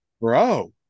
Bro